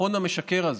שהביטחון המשקר הזה,